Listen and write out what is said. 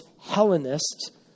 Hellenist